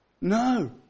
No